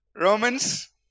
Romans